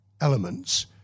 elements